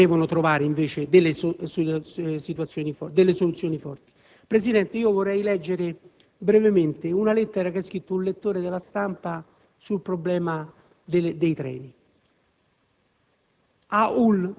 che devono trovare soluzioni forti. Presidente, vorrei leggere brevemente una lettera che ha scritto un lettore de "la Stampa" sul problema dei treni: